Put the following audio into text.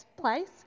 place